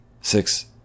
six